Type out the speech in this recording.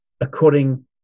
according